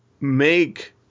make